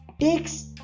takes